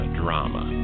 drama